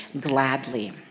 gladly